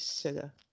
sugar